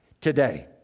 today